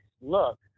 Look